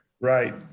Right